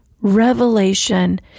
revelation